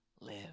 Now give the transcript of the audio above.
live